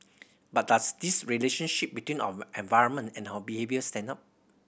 but does this relationship between our environment and our behaviour stand up